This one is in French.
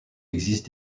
existe